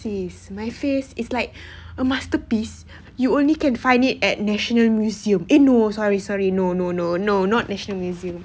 sis my face is like a masterpiece you only can find it at national museum eh no sorry sorry no no no no not national museum